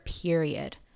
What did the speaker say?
period